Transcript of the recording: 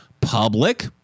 Public